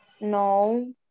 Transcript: no